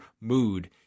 mood